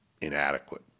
inadequate